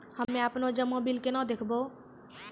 हम्मे आपनौ जमा बिल केना देखबैओ?